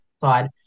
side